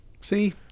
See